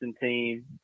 team